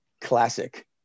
classic